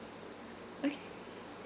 okay